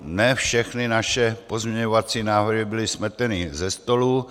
Ne všechny naše pozměňovací návrhy byly smeteny ze stolu.